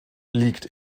liegt